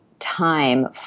time